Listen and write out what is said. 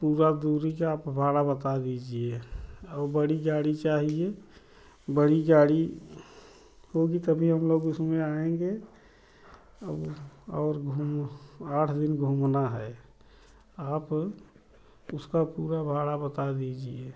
पूरा दूरी का आप भाड़ा बता दीजिए और बड़ी गाड़ी चाहिए बड़ी गाड़ी होगी तभी हम लोग उसमें आएँगे और घूम आठ दिन घूमना है आप उसका पूरा भाड़ा बता दीजिए